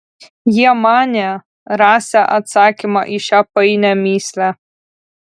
jie manė rasią atsakymą į šią painią mįslę